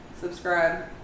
subscribe